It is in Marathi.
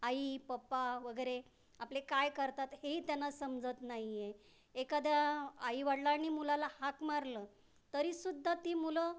आई पप्पा वगैरे आपले काय करतात हेही त्यांना समजत नाही आहे एखाद्या आई वडलांनी मुलाला हाक मारलं तरीसुद्धा ती मुलं